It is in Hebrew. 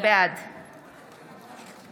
בעד